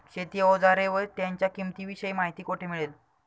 शेती औजारे व त्यांच्या किंमतीविषयी माहिती कोठे मिळेल?